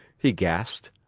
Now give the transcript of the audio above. he gasped.